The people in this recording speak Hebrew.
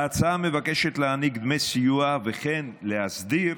ההצעה מבקשת להעניק דמי סיוע, וכן להסדיר